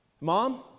Mom